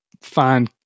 fine